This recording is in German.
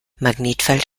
magnetfeld